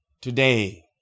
today